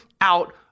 out